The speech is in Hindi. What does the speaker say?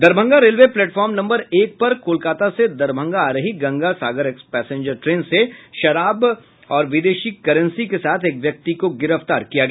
दरभंगा रेलवे प्लेटफॉर्म नंबर एक पर कोलकाता से दरभंगा आ रही गंगा सागर पैसेंजर ट्रेन से शराब और विदेशी करेंसी के साथ एक व्यक्ति को गिरफ्तार किया गया